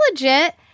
legit